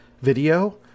video